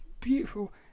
beautiful